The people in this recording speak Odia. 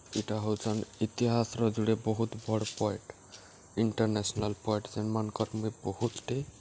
ଇଟା ହଉଚନ୍ ଇତିହାସ୍ର ଯୁଡ଼େ ବହୁତ୍ ବଡ଼୍ ପଏଟ୍ ଇଣ୍ଟର୍ନେସ୍ନାଲ୍ ପଏଟ୍ ଯେନ୍ମାନ୍ଙ୍କର୍ ମୁଇଁ ବହୁତ୍ଟେ